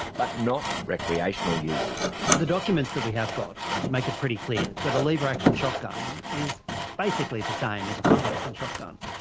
but not recreational users. the documents that we have got make it pretty clear that a lever-action shotgun is basically the same as a pump action shotgun,